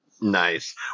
Nice